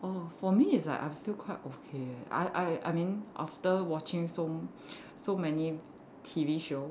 orh for me it's like I'm still quite okay eh I I I mean after watching so so many T_V show